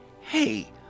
Hey